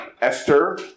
Esther